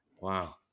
Wow